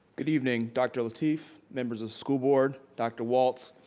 good evening dr. lateef, members of school board, dr. waltz,